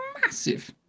massive